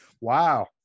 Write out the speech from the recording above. Wow